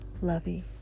Lovey